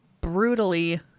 brutally